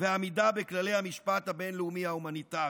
ולעמידה בכללי המשפט הבין-לאומי ההומניטרי,